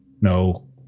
no